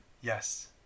Yes